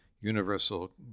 universal